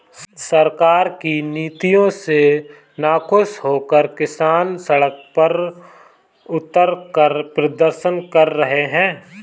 सरकार की नीतियों से नाखुश होकर किसान सड़क पर उतरकर प्रदर्शन कर रहे हैं